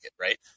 right